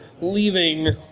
leaving